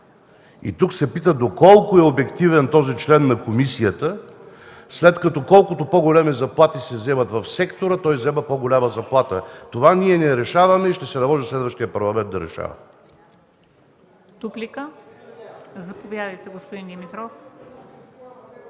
Тук се пита: доколко е обективен този член на комисията, след като колкото по-големи заплати се вземат в сектора, той взема по-голяма заплата? Ние не решаваме това и ще се наложи следващият парламент да решава.